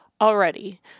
already